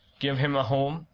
give him a home,